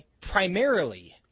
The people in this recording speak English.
primarily